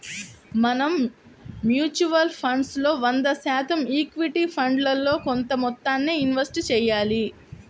మనం mutual funds లో వంద శాతం ఈక్విటీ ఫండ్లలో కొంత మొత్తాన్నే ఇన్వెస్ట్ చెయ్యాలి